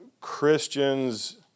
Christians